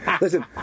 listen